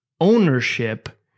ownership